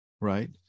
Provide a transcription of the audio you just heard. Right